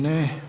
Ne.